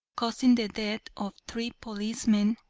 causing the death of three policemen,